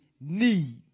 need